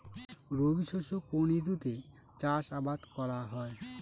রবি শস্য কোন ঋতুতে চাষাবাদ করা হয়?